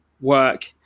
work